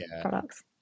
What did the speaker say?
products